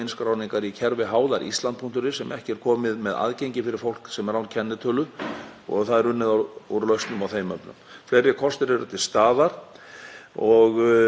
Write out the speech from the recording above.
Það má nefna aukið þjónustustig. Þetta dregur úr kostnaði og endursendingum skjala. Umsóknarferlið, eins og ég sagði, leiðir notandann áfram og hann stýrir ferlinu.